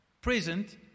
present